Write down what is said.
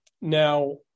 Now